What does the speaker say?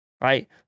right